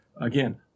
Again